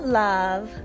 love